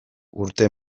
urte